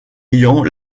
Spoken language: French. ayant